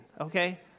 okay